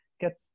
get